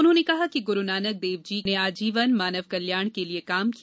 उन्होंने कहा कि गुरुनानक देव जी ने आजीवन मानव कल्याण के लिए कार्य किया